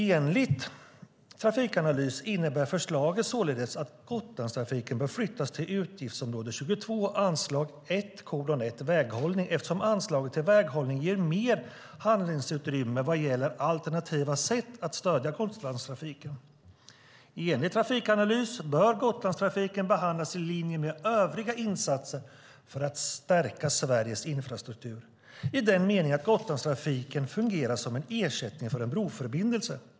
Enligt Trafikanalys innebär förslaget således att Gotlandstrafiken bör flyttas till utgiftsområde 22, anslag 1:1 Väghållning, eftersom anslaget till väghållning ger mer handlingsutrymme vad gäller alternativa sätt att stödja Gotlandstrafiken. Enligt Trafikanalys bör Gotlandstrafiken behandlas i linje med övriga insatser för att stärka Sveriges infrastruktur i den meningen att Gotlandstrafiken fungerar som en ersättning för en broförbindelse.